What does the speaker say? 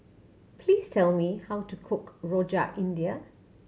please tell me how to cook Rojak India